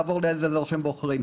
לעבור לאיזה אזור שהם בוחרים.